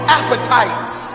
appetites